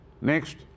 Next